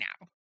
now